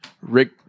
Rick